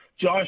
Josh